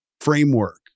framework